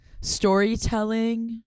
Storytelling